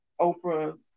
Oprah